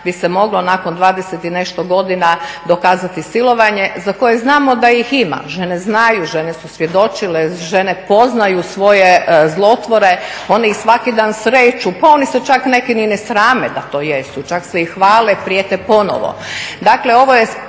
bi se moglo nakon 20 i nešto godina dokazati silovanje za koje znamo da ih ima, žene znaju, žene su svjedočile, žene poznaju svoje zlotvore, one ih svaki dan sreću, pa oni se čak neki ni ne srame da to jesu, čak se i hvale, prijete ponovno.